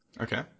Okay